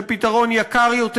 זה פתרון יקר יותר,